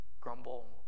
Grumble